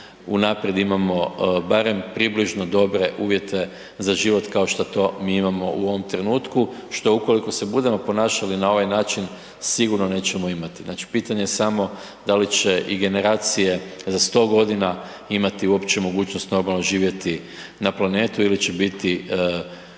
unaprijed imamo barem približno dobre uvjete za život kao šta to mi imamo u ovom trenutku, što ukoliko se budemo ponašali na ovaj način, sigurno nećemo imati. Znači, pitanje je samo da li će i generacije za 100.g. imati uopće mogućnost normalno živjeti na planetu ili će biti